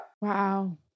Wow